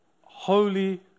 holy